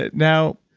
but now,